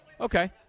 Okay